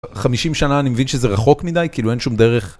50 שנה אני מבין שזה רחוק מדי, כאילו אין שום דרך.